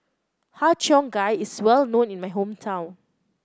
Har Cheong Gai is well known in my hometown